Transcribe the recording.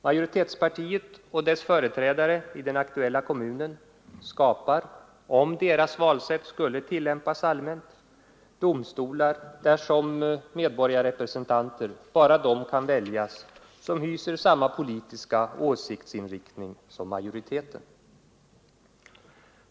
Majoritetspartiet och dess företrädare i den aktuella kommunen skapar — om deras valsätt skulle tillämpas allmänt — domstolar där som medborgarrepresentanter endast de kan väljas som hyser samma politiska åsikt som majoriteten.